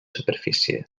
superfície